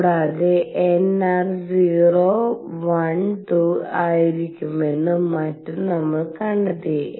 കൂടാതെ nr 0 1 2 ആയിരിക്കുമെന്നും മറ്റും നമ്മൾ കണ്ടെത്തി